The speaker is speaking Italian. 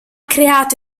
creato